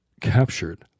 captured